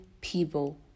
people